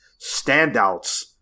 standouts